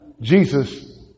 Jesus